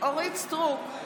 אורית מלכה סטרוק,